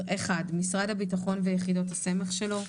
(1) משרד הביטחון ויחידות הסמך שלו,